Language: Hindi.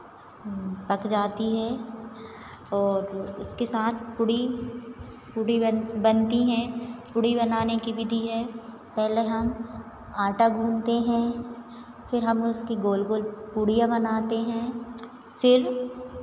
पक जाती है ओर उसके साथ पूड़ी पूड़ी बन बनती हैं पूड़ी बनाने की विधि है पहले हम आटा गूंधते हैं फिर हम उसकी गोल गोल पूड़ियाँ बनाते हैं फिर